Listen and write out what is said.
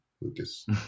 Lucas